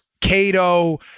Cato